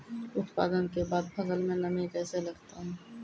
उत्पादन के बाद फसल मे नमी कैसे लगता हैं?